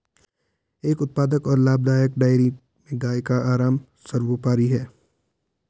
एक उत्पादक और लाभदायक डेयरी में गाय का आराम सर्वोपरि है